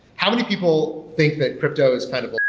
how many people think that crypto is kind of ah